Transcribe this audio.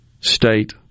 state